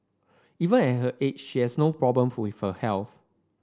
even at her age she has no problem with her health